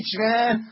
man